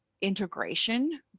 integration